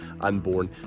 unborn